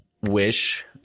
wish